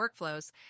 workflows